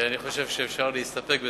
אני חושב שאפשר להסתפק בזה.